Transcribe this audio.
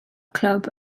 clwb